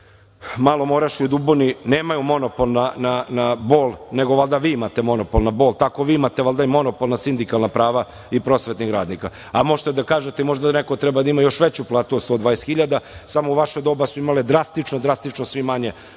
Malom Orašju i Duboni nemaju monopol na bol, nego valjda vi imate monopol na bol. Tako vi valjda imate monopol na sindikalna prava prosvetnih radnika. Možete da kažete možda da neko može da ima i veću platu od 120.000, samo u vaše doba su imale drastično, drastično svi manje